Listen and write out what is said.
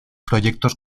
proyectos